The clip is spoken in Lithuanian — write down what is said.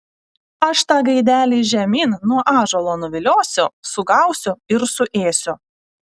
aš tą gaidelį žemyn nuo ąžuolo nuviliosiu sugausiu ir suėsiu